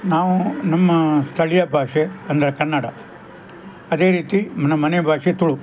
ನಾವು ನಮ್ಮ ಸ್ಥಳೀಯ ಭಾಷೆ ಅಂದರೆ ಕನ್ನಡ ಅದೇ ರೀತಿ ನಮ್ಮನೆ ಭಾಷೆ ತುಳು